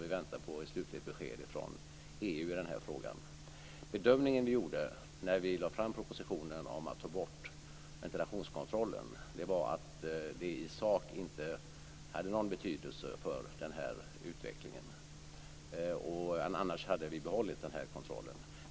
Vi väntar på ett slutligt besked från EU i denna fråga. Bedömningen vi gjorde när vi lade fram propositionen om att ta bort ventilationskontrollen var att det i sak inte hade någon betydelse för denna utveckling. Hade det haft det hade vi behållit denna kontroll.